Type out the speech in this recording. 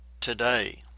today